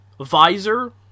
Visor